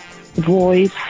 voice